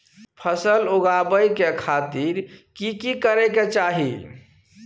फसल उगाबै के खातिर की की करै के चाही?